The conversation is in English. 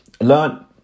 Learn